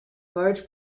large